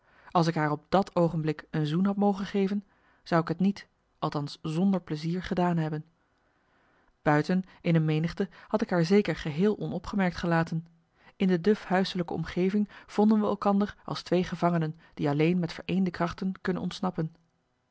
als ik haar op dat oogenblik een zoen had mogen geven zou ik t niet althans zonder plezier gedaan hebben buiten in een menigte had ik haar zeker geheel onopgemerkt gelaten in de duf huiselijke omgeving vonden we elkander als twee gevangenen die alleen met vereende krachten kunnen ontsnappen